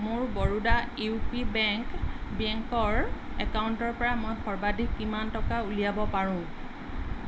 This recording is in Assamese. মোৰ বৰোডা ইউ পি বেংক বেংকৰ একাউণ্টৰ পৰা মই সৰ্বাধিক কিমান টকা উলিয়াব পাৰোঁ